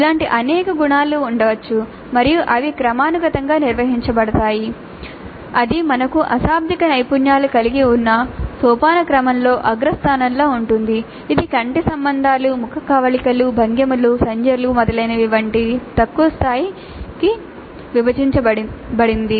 ఇలాంటి అనేక గుణాలు ఉండవచ్చు మరియు అవి క్రమానుగతంగా నిర్వహించబడతాయి అది మనకు అశాబ్దిక నైపుణ్యాలు కలిగి ఉన్న సోపానక్రమంలో అగ్రస్థానంలో ఉంటుంది ఇది కంటి సంబంధాలు ముఖ కవళికలు భంగిమలు సంజ్ఞలు మొదలైనవి వంటి తక్కువ స్థాయికి విభజించబడింది